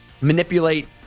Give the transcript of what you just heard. manipulate